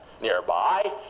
nearby